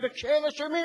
וכשאין אשמים,